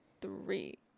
three